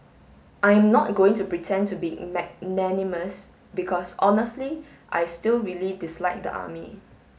I'm not going to pretend to be magnanimous because honestly I still really dislike the army